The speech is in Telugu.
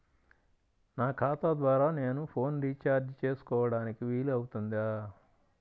నా ఖాతా ద్వారా నేను ఫోన్ రీఛార్జ్ చేసుకోవడానికి వీలు అవుతుందా?